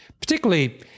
particularly